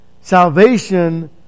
Salvation